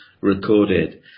recorded